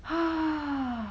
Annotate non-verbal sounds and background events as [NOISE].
[BREATH]